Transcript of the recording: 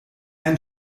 ein